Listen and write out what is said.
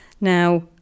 now